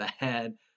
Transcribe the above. bad